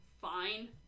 fine